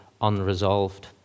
unresolved